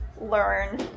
learn